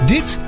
Dit